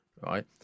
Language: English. right